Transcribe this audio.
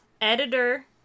editor